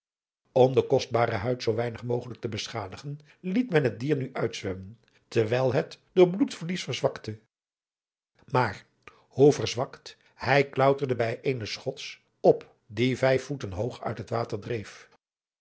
om de kostbare huid zoo weinig mogelijk te beschadigen liet men het dier nu uitzwemmen terwijl het door bloedverlies verzwakte maar hoe verzwakt hij klauterde bij eene schots op die vijf voeten hoog uit het water dreef